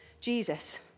Jesus